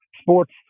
sports